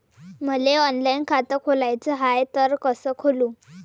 मले ऑनलाईन खातं खोलाचं हाय तर कस खोलू?